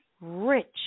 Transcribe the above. rich